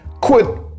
Quit